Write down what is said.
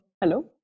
Hello